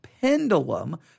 pendulum